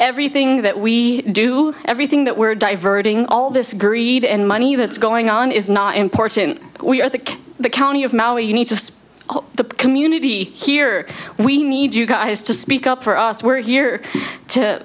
everything that we do everything that we're diverting all this greed and money that's going on is not important we are the the county of maui you need to the community here we need you guys to speak up for us we're here to